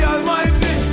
Almighty